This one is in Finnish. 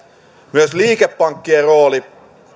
myös liikepankkien rooli